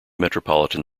metropolitan